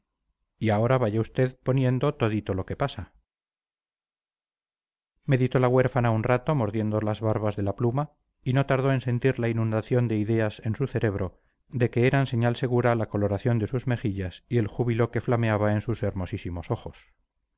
y ahora vaya poniendo todito lo que le pasa meditó la huérfana un rato mordiendo las barbas de la pluma y no tardó en sentir la inundación de ideas en su cerebro de que eran señal segura la coloración de sus mejillas y el júbilo que flameaba en sus hermosísimos ojos